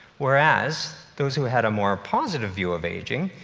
whereas those who had a more positive view of aging,